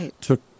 took